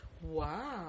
Wow